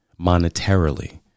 monetarily